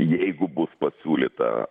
jeigu bus pasiūlyta